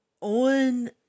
on